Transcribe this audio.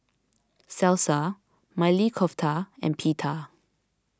Salsa Maili Kofta and Pita